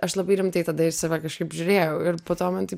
aš labai rimtai tada į save kažkaip žiūrėjau ir po to man taip